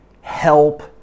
help